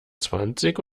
zwanzig